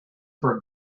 for